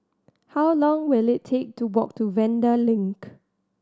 how long will it take to walk to Vanda Link